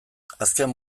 azken